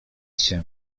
się